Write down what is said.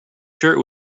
shirt